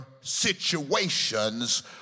situations